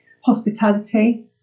hospitality